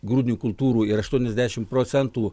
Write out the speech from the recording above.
grūdinių kultūrų ir aštuoniasdešimt procentų